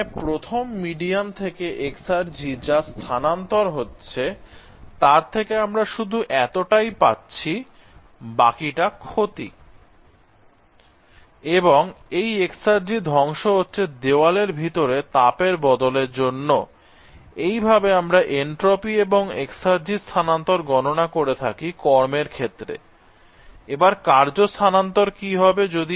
এখানে প্রথম মিডিয়াম থেকে এক্সার্জি যা স্থানান্তর হচ্ছে তার থেকে আমরা শুধু এতটাই পাচ্ছি বাকিটা ক্ষতি এবং এই এক্সার্জি ধ্বংস হচ্ছে দেওয়ালের ভিতরে তাপের বদল এর জন্য I এইভাবে আমরা এনট্রপি এবং এক্সার্জি স্থানান্তর গননা করে থাকি কর্মের ক্ষেত্রে I এবার কার্য স্থানান্তর কি হবে